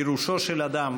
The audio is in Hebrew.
גירושו של אדם.